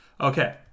Okay